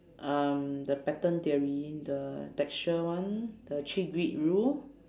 um the pattern theory the texture one the three grid rule